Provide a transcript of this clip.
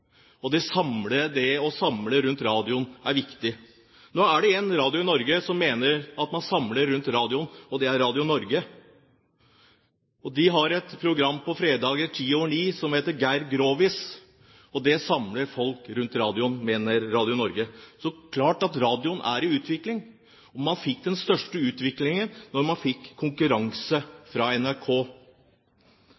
det å samles rundt radioen er viktig. Nå er det en radiokanal i Norge som mener at den samler folk rundt radioen, og det er Radio Norge. De har et program på fredager fem over ni som heter Geirs Grovis, og det samler folk rundt radioen, mener Radio Norge. Det er klart at radioen er i utvikling. Man fikk den største utviklingen da NRK fikk konkurranse.